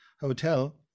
hotel